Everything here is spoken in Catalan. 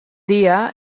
dia